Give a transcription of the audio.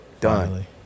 Done